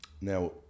Now